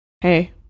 Hey